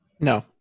No